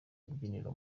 rubyiniro